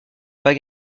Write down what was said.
pas